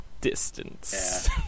distance